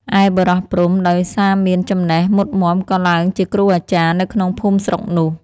ឯបុរសព្រហ្ម ដោយសារមានចំណេះមុតមាំក៏ឡើងជាគ្រូអាចារ្យនៅក្នុងភូមិស្រុកនោះ។